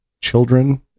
children